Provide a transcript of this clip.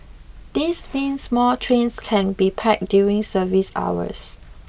this means more trains can be packed during service hours